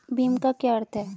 भीम का क्या अर्थ है?